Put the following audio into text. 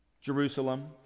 jerusalem